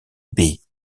baies